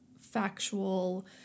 factual